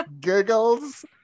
Giggles